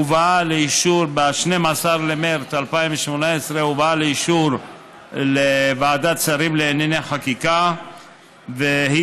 הובאה ב-12 במרס 2018 לוועדת שרים לענייני חקיקה לאישור,